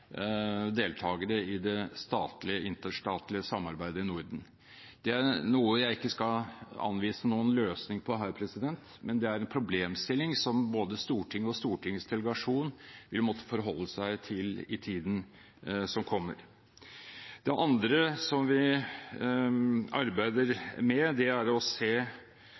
deltagere i det interstatlige samarbeidet i Norden. Det er noe jeg ikke skal anvise noen løsning på her, men det er en problemstilling som både Stortinget og Stortingets delegasjon vil måtte forholde seg til i tiden som kommer. Det andre som vi arbeider med – og den som har hjulpet oss med det, er